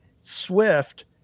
Swift